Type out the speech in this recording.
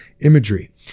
imagery